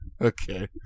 Okay